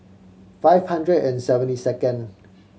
five hundred and seventy second